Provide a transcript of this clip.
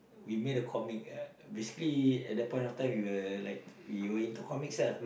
we made a comic basically at that point of time we were like we were into comics ah